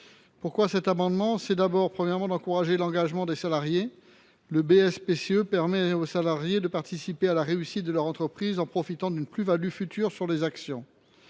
salariés. Ce faisant, il s’agit d’abord d’encourager l’engagement des salariés. Le BSPCE permet à ces derniers de participer à la réussite de leur entreprise en profitant d’une plus value future sur les actions.